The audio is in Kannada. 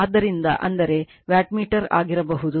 ಆದ್ದರಿಂದ ಅಂದರೆ ವ್ಯಾಟ್ಮೀಟರ್ ಆಗಿರಬಹುದು